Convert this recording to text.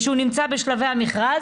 ושהוא נמצא בשלבי המכרז,